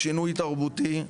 שינוי תרבותי,